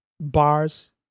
bars